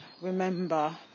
remember